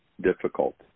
difficult